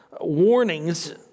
warnings